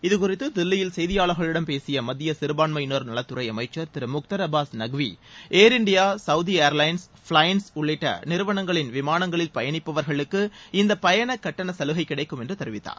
இது குறித்து தில்லியில் செய்தியாளர்களிடம் பேசிய மத்திய சிறபான்மையினர் நலத்துறை அமைச்சர் திரு Mukhtar Abbas Naqvi Air India Saudi Airlines Flynas உள்ளிட்ட நிறுவனங்களின் விமானங்களில் பயணிப்பவர்களுக்கு இந்த பயணக்கட்டணச் சலுகை கிடைக்கும் என்று தெரிவித்தார்